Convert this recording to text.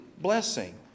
blessing